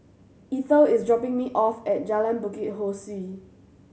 Eithel is dropping me off at Jalan Bukit Ho Swee